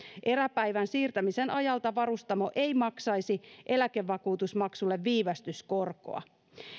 eräpäivän siirtämisen ajalta varustamo ei maksaisi eläkevakuutusmaksulle viivästyskorkoa